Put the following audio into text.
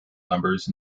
numbers